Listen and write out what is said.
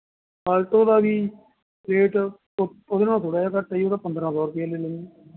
Alto ਦਾ ਵੀ rate ਉ ਉਹਦੇ ਨਾਲੋ ਥੋੜ੍ਹਾਂ ਜਿਹਾ ਘੱਟ ਹੈ ਜੀ ਉਹਦਾ ਪੰਦਰਾਂ ਸੌ ਰੁਪਇਆ ਲੈ ਲੈਂਦੇਂ